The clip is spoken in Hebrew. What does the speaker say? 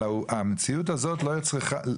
אבל המציאות הזאת לא צריכה,